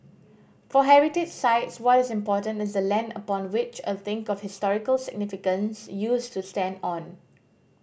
for heritage sites what is important is the land upon which a thing of historical significance used to stand on